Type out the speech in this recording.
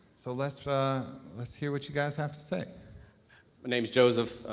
so let's let's hear what you guys have to say. my name is joseph.